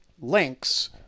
links